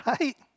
Right